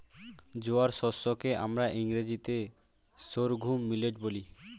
জোয়ার শস্য কে আমরা ইংরেজিতে সর্ঘুম মিলেট বলি